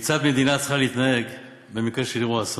כיצד מדינה צריכה להתנהג במקרה של אירוע אסון.